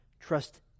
trust